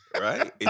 Right